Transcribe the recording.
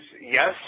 yes